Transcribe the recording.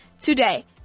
Today